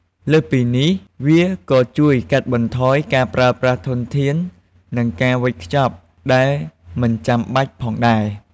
លើសពីនេះ វាក៏ជួយកាត់បន្ថយការប្រើប្រាស់ធនធាន និងការវេចខ្ចប់ដែលមិនចាំបាច់ផងដែរ។